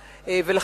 מכך.